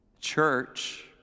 church